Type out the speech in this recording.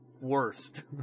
worst